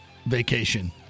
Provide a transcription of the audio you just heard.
vacation